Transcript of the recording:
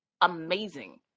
amazing